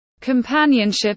Companionship